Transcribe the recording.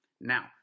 Now